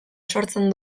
sortzen